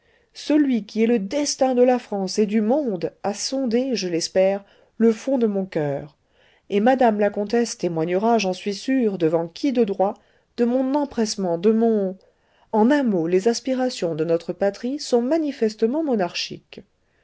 celui qui est le destin de la france et du monde a sondé je l'espère le fond de mon coeur et mme la comtesse témoignera j'en suis sûr devant qui de droit de mon empressement de mon en un mot les aspirations de notre patrie sont manifestement monarchiques